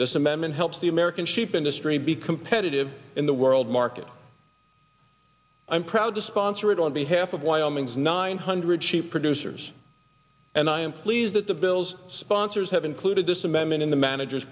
this amendment helps the american sheep industry be competitive in the world market i'm proud to sponsor it on behalf of wyoming's nine hundred sheep producers and i am pleased that the bill's sponsors have included this amendment in the manager